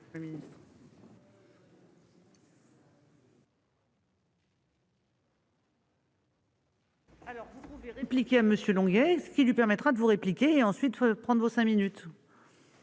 pour 5 minutes. Impliqué à monsieur Longuet, ce qui lui permettra de vous répliquer et ensuite prendre vos 5 minutes.